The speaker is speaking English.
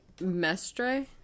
Mestre